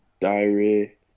Diary